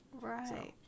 Right